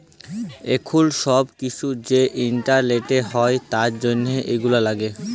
এখুল সব কিসু যে ইন্টারলেটে হ্যয় তার জনহ এগুলা লাগে